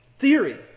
Theory